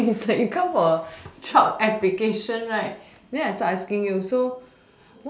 it's like you come for a job application right then I start asking you so